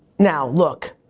now look,